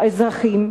אזרחים,